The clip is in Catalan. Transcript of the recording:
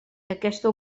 aquesta